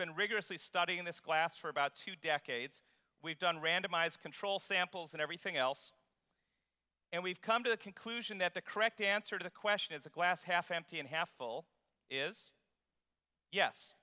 been rigorously studying this glass for about two decades we've done randomized control samples and everything else and we've come to the conclusion that the correct answer to the question is the glass half empty and half full is yes